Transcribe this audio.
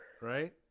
Right